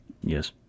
Yes